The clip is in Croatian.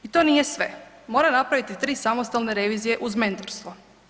I to nije sve, mora napraviti 3 samostalne revizije uz mentorstvo.